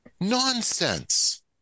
nonsense